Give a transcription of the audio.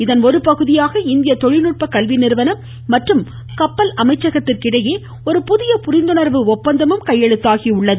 இதன் ஒருபகுதியாக இந்திய தொழில்நுட்ப கல்வி நிறுவனம் மற்றும் கப்பல் அமைச்சகத்திற்கிடையே புதிய புரிந்துணர்வு ஒப்பந்தமும் ஒரு கையெழுத்தாகியுள்ளது